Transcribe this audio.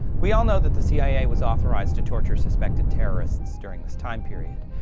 we all know that the cia was authorized to torture suspected terrorists during this time period.